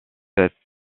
cette